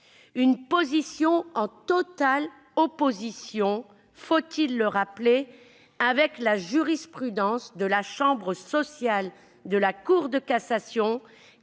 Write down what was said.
Cette position est en totale opposition- faut-il le rappeler ? -avec la jurisprudence de la chambre sociale de la Cour de cassation